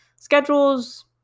schedules